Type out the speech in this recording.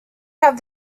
have